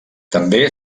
també